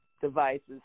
devices